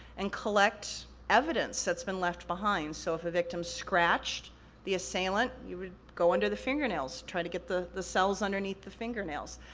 and collect evidence that's been left behind. so, if a victim scratched the assailant, you would go under the fingernails, try to get the the cells underneath the fingernails.